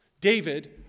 David